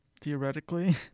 theoretically